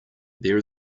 there